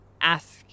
ask